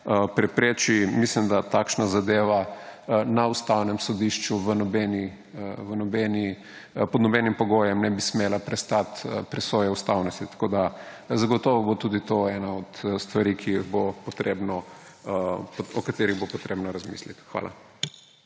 prepreči. Mislim, da takšna zadeva na Ustavnem sodišču pod nobenim pogojem ne bi smela prestati presoje ustavnosti. Zagotovo bo to tudi ena od stvari, o katerih bo treba razmisliti. Hvala.